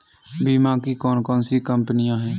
बीमा की कौन कौन सी कंपनियाँ हैं?